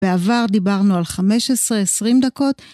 בעבר דיברנו על 15-20 דקות.